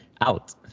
out